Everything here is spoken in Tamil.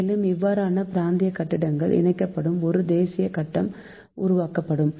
மேலும் இவ்வாறான பிராந்திய கட்டங்கள் இணைக்கப்பட்டு ஒரு தேசிய கட்டம் உருவாக்கப்படும்